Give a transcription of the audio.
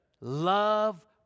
love